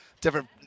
different